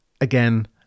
again